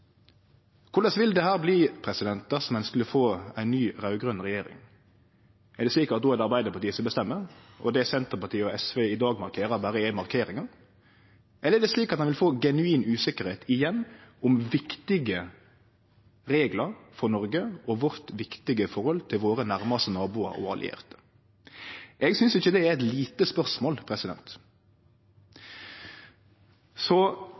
Korleis vil dette bli dersom ein skulle få ei ny raud-grøn regjering? Er det slik at då er det Arbeidarpartiet som bestemmer, og at det Senterpartiet og SV i dag markerer, berre er markeringar? Eller er det slik at ein vil få ei genuin usikkerheit igjen om viktige reglar for Noreg og vårt viktige forhold til våre nærmaste naboar og allierte? Eg synest ikkje det er eit lite spørsmål.